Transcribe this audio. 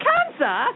Cancer